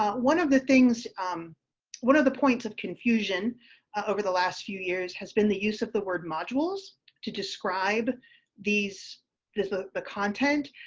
ah one of the things um one of the points of confusion over the last few years has been the use of the word modules to describe these these ah the content.